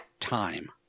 time